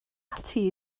ati